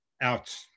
out